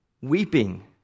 weeping